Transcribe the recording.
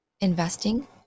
investing